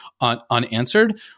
unanswered